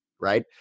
right